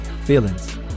feelings